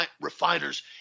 refiners